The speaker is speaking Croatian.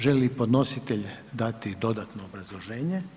Želi li podnositelj dati dodatno obrazloženje?